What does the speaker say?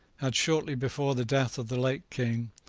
had, shortly before the death of the late king,